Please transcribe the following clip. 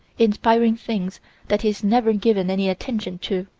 inspiring things that he's never given any attention to.